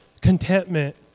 contentment